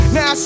Now